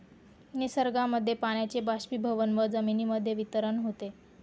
निसर्गामध्ये पाण्याचे बाष्पीभवन व जमिनीमध्ये वितरण होते